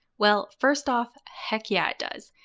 well, first off, heck yeah, it does.